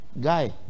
guy